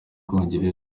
bwongereza